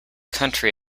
country